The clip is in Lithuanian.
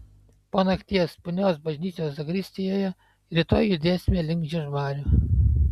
po nakties punios bažnyčios zakristijoje rytoj judėsime link žiežmarių